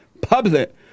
public